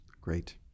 Great